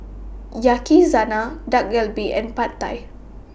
Dak Galbi and Pad Thai